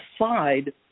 aside